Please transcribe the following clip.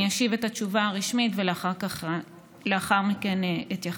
אני אשיב את התשובה הרשמית ולאחר מכן אתייחס: